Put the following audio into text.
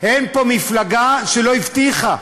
אין פה מפלגה שלא הבטיחה.